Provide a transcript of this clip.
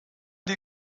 die